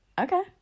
Okay